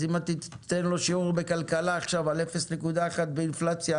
אז אם תיתן לו שיעור בכלכלה עכשיו על 0.1% באינפלציה,